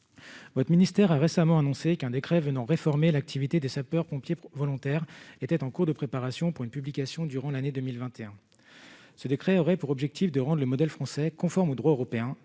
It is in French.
votre ministère a récemment annoncé qu'un décret venant réformer l'activité des sapeurs-pompiers volontaires étaient en cours de préparation pour une publication durant l'année 2021, ce décret aurait pour objectif de rendent le modèle français conforme au droit européen,